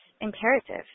imperative